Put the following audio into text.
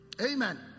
Amen